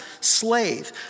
slave